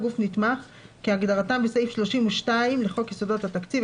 גוף נתמך כהגדרתם בסעיף 32 לחוק יסודות התקציב,